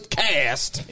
cast